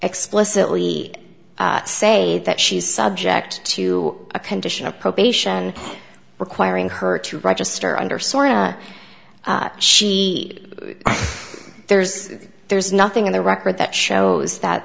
explicitly say that she is subject to a condition of probation requiring her to register under sora she there's there's nothing in the record that shows that